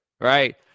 Right